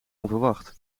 onverwacht